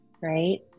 right